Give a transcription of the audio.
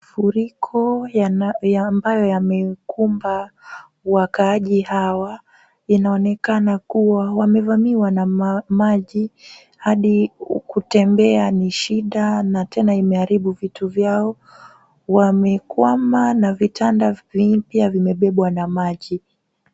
Mafuriko ambayo yamekumba wakaaji hawa, inaonekana kuwa wamevamiwa na maji hadi kutembea ni shida na tena imeharibu vitu vyao. Wamekwama na vitanda pia vimebebwa na maji.